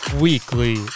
weekly